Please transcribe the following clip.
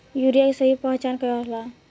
Urea के सही पहचान का होला?